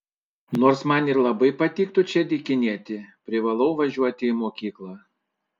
nors man ir labai patiktų čia dykinėti privalau važiuoti į mokyklą